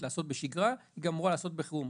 לעשות בשגרה היא גם אמורה לעשות בחירום.